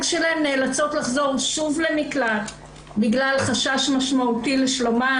שלהן נאלצות לחזור שוב למקלט בגלל חשש משמעותי לשלומן.